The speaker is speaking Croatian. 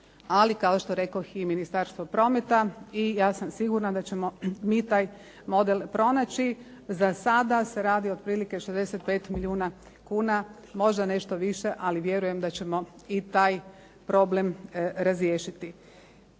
ali kao što rekoh i Ministarstvo prometa. I ja sam sigurna da ćemo mi taj model pronaći. Za sada se radi otprilike 65 milijuna kuna, možda nešto više, ali vjerujem da ćemo i taj problem razriješiti.